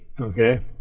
okay